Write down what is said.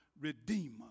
Redeemer